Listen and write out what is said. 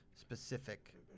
specific